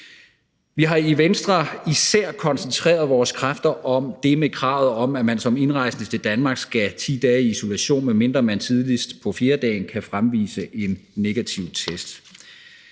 Venstre især koncentreret vores kræfter om kravet om, at man som indrejsende til Danmark skal 10 dage i isolation, medmindre man tidligst på fjerdedagen kan fremvise en negativ test.